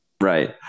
Right